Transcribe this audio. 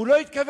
הוא לא התכוון,